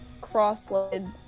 cross-legged